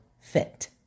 Fit